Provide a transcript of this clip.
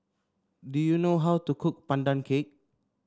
do you know how to cook Pandan Cake